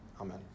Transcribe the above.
Amen